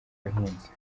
buhinzi